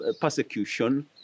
persecution